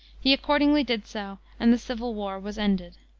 he accordingly did so, and the civil war was ended.